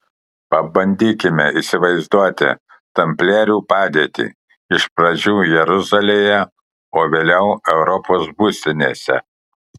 pabandykime įsivaizduoti tamplierių padėtį iš pradžių jeruzalėje o vėliau europos būstinėse